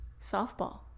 Softball